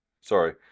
Sorry